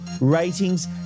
ratings